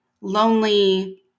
lonely